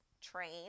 train